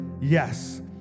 Yes